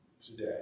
today